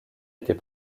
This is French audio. était